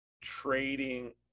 trading